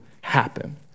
happen